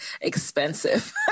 expensive